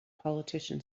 politician